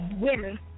women